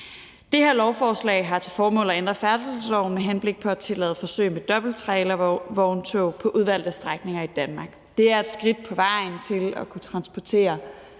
Det her lovforslag har til formål at ændre færdselsloven med henblik på at tillade forsøg med dobbelttrailervogntog på udvalgte strækninger i Danmark. Det er et skridt på vejen til at kunne transportere